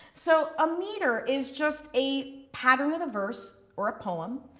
so a meter is just a pattern of the verse or a poem,